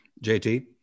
JT